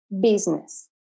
business